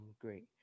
Great